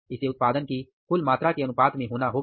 इसे उत्पादन की कुल मात्रा के अनुपात में होना होगा